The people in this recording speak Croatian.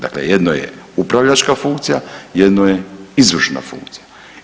Dakle jedno upravljačka funkcija, jedno je izvršna funkcija.